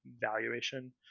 valuation